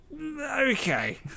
okay